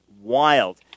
wild